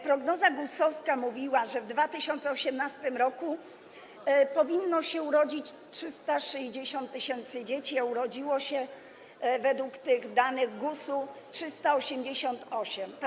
Prognoza GUS-owska mówiła, że w 2018 r. powinno się urodzić 360 tys. dzieci, a urodziło się według tych danych GUS-u 388 tys.